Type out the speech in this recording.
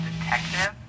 detective